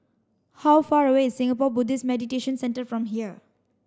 how far away Singapore Buddhist Meditation Centre from here